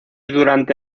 durante